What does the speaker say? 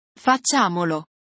Facciamolo